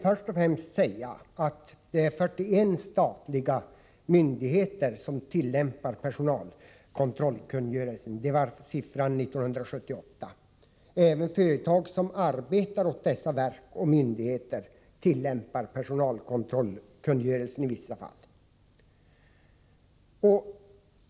41 statliga verk och myndigheter tillämpar personalkontrollkungörelsen. Det var antalet 1978. Även företag som arbetar åt dessa verk och myndigheter tillämpar personalkontrollkungörelsen i vissa fall.